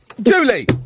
Julie